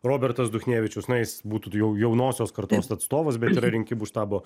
robertas duchnevičius na jis būtų jau jaunosios kartos atstovas bet yra rinkimų štabo